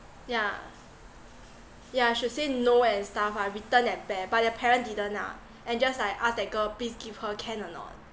yeah yeah I should say no and stuff ah return that bear but their parent didn't ah and just like ask that girl please give her can or not